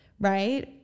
right